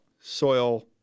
soil